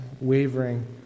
wavering